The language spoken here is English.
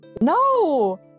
No